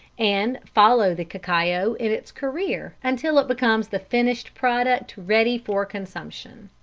and follow the cacao in its career until it becomes the finished product ready for consumption.